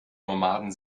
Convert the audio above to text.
nomaden